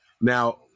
Now